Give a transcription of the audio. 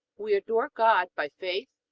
we adore god by faith,